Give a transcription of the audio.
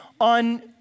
on